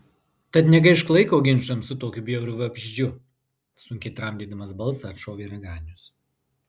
tad negaišk laiko ginčams su tokiu bjauriu vabzdžiu sunkiai tramdydamas balsą atšovė raganius